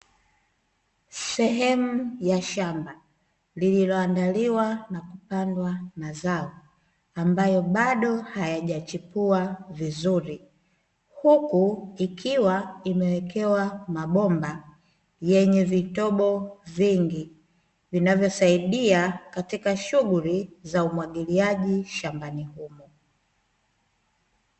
Sehemu ya shamba, lililoandaliwa na kupandwa mazao, ambayo bado hayajachipua vizuri. Huku ikiwa imewekewa mabomba, yenye vitobo vingi vinavyosaidia katika shughuli ya umwagiliaji shambani humo.